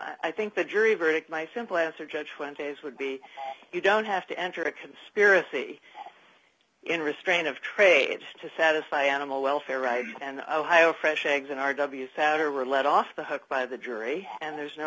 i think the jury verdict my simple answer judge twenty days would be you don't have to enter a conspiracy in restraint of trade to satisfy animal welfare right and fresh eggs in r w sattar were let off the hook by the jury and there's no